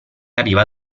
arriva